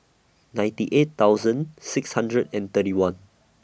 ninety eight thousand six hundred and thirty one